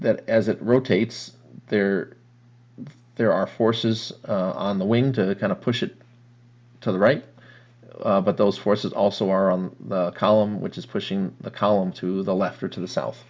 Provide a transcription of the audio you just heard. that as it rotates there are there are forces on the wings of that kind of push it to the right but those forces also are a column which is pushing the column to the left or to the south